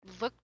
look